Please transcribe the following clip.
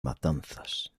matanzas